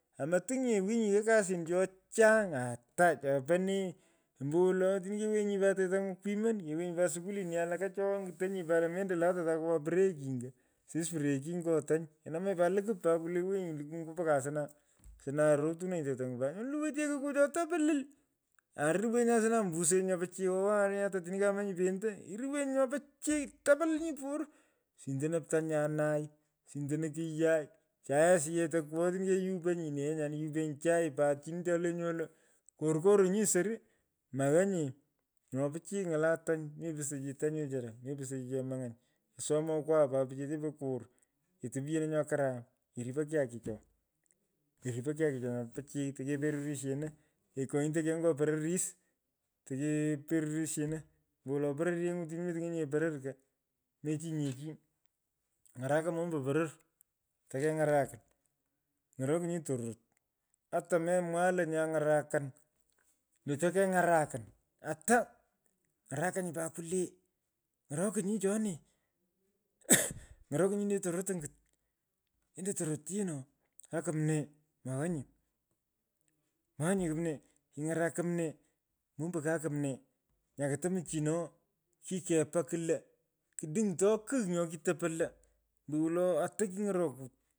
Amotiny nye winyi yighaa kasin cho chang ataa. chopo nee ombowolo otini kewenyi pat tetang’u kwimon. kewenyi shugulineku alaka cho ngutonyi pat. mendo lata takowan preking ko. sis preking ny’o tany. Kanamanyi pat lukup pat kwulee winyi ny’o lukuny’u mpaka asna. Asna rotunenyi tetany’u pat iliwonyi chekoku cho tapilil. arowonyi asna mtusenyi nyo pichiy warinyu ata otini keamany. pento. iruwenyi nyo pichiy. tapili nyi por. sindono ptanyunai. sindonoin kiyai. chae asiyech topkogho keyuponyi. nee nyan yupenyi chai pat chini entenyi olo alo korkorinyi soru naanyi. Nyo pichit ng’ala tany. mepusto chi tany wechara mepusto chi chemany’any. Asomokwa pat pichete po kor ketopyeno nyo karam. keripo kyakicho keripo nyakicho nyo pichiy teke perurisheno kekonyutokei nyo pororis teke perurisheno. Kekonyutokei nyo pororis teke perurisheno ombowolo pororyenyu otini metinyenyinye poror ko mechinyi nye chi. Ny’araka mombo poror takeny’arukon. Ny’orokinyi tororot. ata memwai lo nya ng’arakan nyoto keng’arakon. ata. ng’araka nyi pat kwulee. ny’orokinyi choni. Ng’orokinyi nyu le tororot angit. Lendoi tororot “yee no kaa kumnee. moghya nyee. maghaa nye kumnee king’arak kumnee. mombo ka kumnee nya kotomichina kikepaa kulo. kuduny’toi kigh nya kitopo lo ombo wolo ata kiny’orokut.